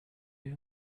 you